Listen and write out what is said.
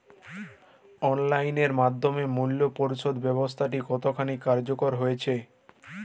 Online এর মাধ্যমে মূল্য পরিশোধ ব্যাবস্থাটি কতখানি কার্যকর হয়েচে?